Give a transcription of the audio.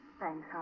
Thanks